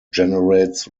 generates